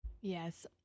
yes